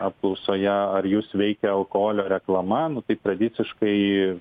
apklausoje ar jus veikia alkoholio reklama nu tai tradiciškai